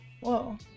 Whoa